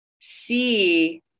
see